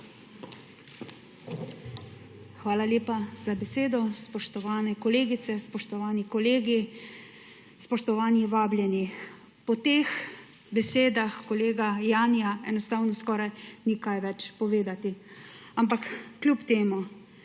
Hvala lepa za besedo, spoštovane kolegice, spoštovani kolegi, spoštovani vabljeni! Po teh besedah kolega Janija enostavno skoraj ni kaj več povedati, ampak kljub temu.